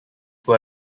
were